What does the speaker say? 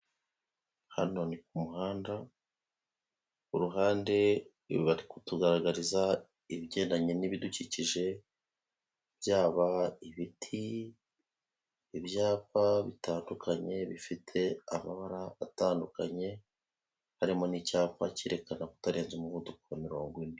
Hano ni ku muhanda, uruhande bari kutugaragariza ibigendanye n'ibidukikije, byaba ibiti, ibyapa bitandukanye bifite amabara atandukanye. Harimo n'icyapa cyerekana kutarenza umuvuduko wa mirongo ine.